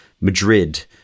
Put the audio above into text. Madrid